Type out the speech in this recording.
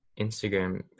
Instagram